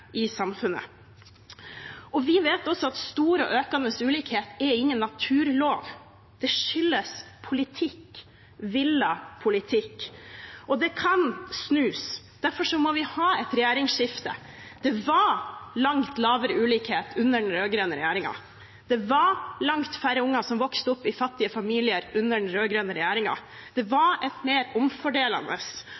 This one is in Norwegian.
i samfunnet. Vi vet også at stor og økende ulikhet ikke er noen naturlov. Det skyldes politikk, villet politikk. Det kan snus. Derfor må vi ha et regjeringsskifte. Det var langt mindre ulikhet under den rød-grønne regjeringen. Det var langt færre unger som vokste opp i fattige familier under den rød-grønne regjeringen. Det var